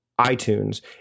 iTunes